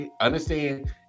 understand